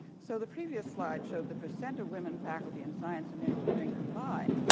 so the previous slide showed the percent of women faculty in science and engineering combined.